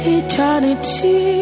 eternity